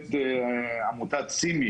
שמקבלת עמותת CIMI